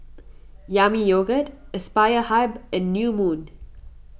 Yami Yogurt Aspire Hub and New Moon